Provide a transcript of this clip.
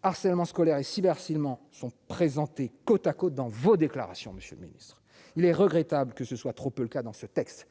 harcèlement scolaire et cyber-harcèlement sont présentés côte à côte dans vos déclarations, monsieur le Ministre, il est regrettable que ce soit trop peu le cas dans ce texte